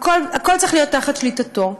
הכול צריך להיות בשליטתו.